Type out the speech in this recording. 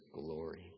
glory